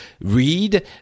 read